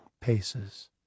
paces